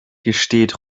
gesteht